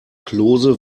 klose